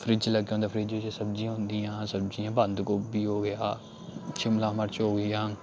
fridge लग्गे होंदा fridge बिच्च सब्जियां होंदियां सब्जियां बंदगोभी हो गेआ शिमला मरच हो गेआ